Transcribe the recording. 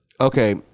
Okay